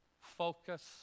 Focus